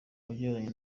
wabyaranye